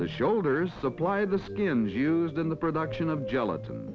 the shoulders apply the skin used in the production of gelatin